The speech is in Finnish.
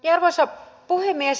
arvoisa puhemies